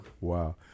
Wow